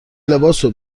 لباسو